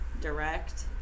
direct